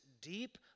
deep